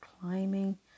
climbing